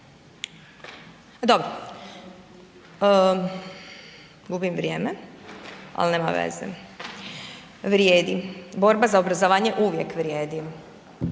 Dobro, gubim vrijeme ali nema veze. Vrijedi, borba za obrazovanje uvije vrijedi